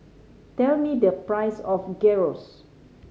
tell me the price of Gyros